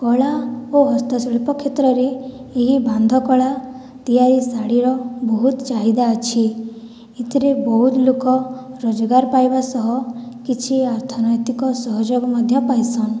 କଳା ଓ ହସ୍ତ ଶିଳ୍ପ କ୍ଷେତ୍ର ରେ ଇଏ ବାନ୍ଧ କଳା ତିଆରି ଶାଢ଼ୀର ବହୁତ୍ ଚାହିଦା ଅଛି ଏଥିରେ ବହୁତ୍ ଲୋକ ରୋଜଗାର ପାଇବା ସହ କିଛି ଅର୍ଥ ନୈତିକ ସହଯୋଗ ମଧ୍ୟ ପାଇସନ୍